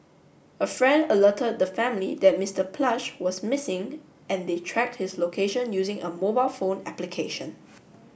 a friend alerted the family that Mister Plush was missing and they tracked his location using a mobile phone application